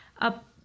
up